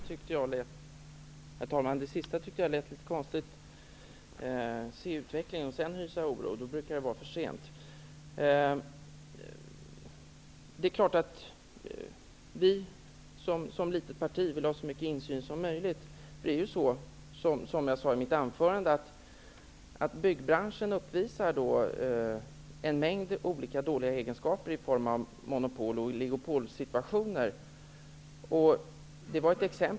Herr talman! Det som Agne Hansson avslutade med tyckte jag lät litet konstigt, att man skall avvakta utvecklingen och sedan hysa oro. Då brukar det ju vara för sent. Som ett litet parti är det klart att vi vill ha så mycket insyn som möjligt. Som jag sade i mitt anförande uppvisar byggbranschen en mängd dåliga egenskaper i form av monopol och oligopolsituationer.